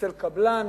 אצל קבלן